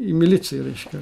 į miliciją reiškia